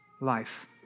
life